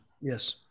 Yes